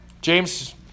James